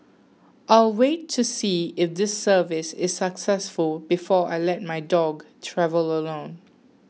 I'll wait to see if this service is successful before I let my dog travel alone